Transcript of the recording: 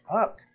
up